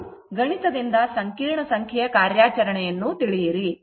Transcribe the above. ಮತ್ತು ಗಣಿತದಿಂದ ಸಂಕೀರ್ಣ ಸಂಖ್ಯೆಯ ಕಾರ್ಯಾಚರಣೆಯನ್ನು ತಿಳಿಯಿರಿ